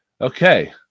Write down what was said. Okay